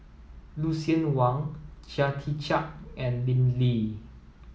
Lucien Wang Chia Tee Chiak and Lim Lee